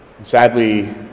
Sadly